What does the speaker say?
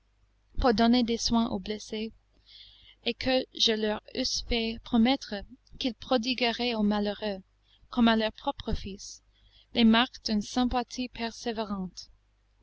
pour donner des soins au blessé et que je leur eusse fait promettre qu'ils prodigueraient au malheureux comme à leur propre fils les marques d'une sympathie persévérante